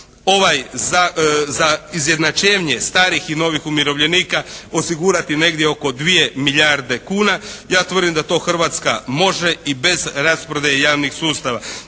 ovaj, za izjednačenje starih i novih umirovljenika osigurati negdje oko 2 milijarde kuna. Ja tvrdim da to Hrvatska može i bez rasprodaje javnih sustava.